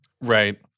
right